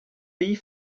pays